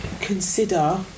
consider